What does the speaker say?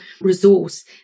resource